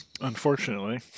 unfortunately